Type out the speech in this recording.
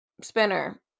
Spinner